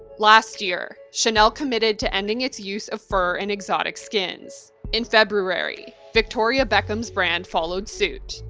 last year, chanel committed to ending its use of fur and exotic skins. in february, victoria beckham's brand followed suit.